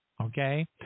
okay